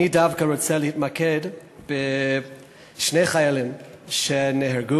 אני דווקא רוצה להתמקד בשני חיילים שנהרגו,